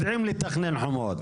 יודעים לתכנן חומות.